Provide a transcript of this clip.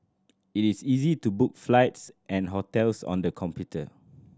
it is easy to book flights and hotels on the computer